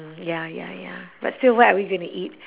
ya ya ya but still what are we gonna eat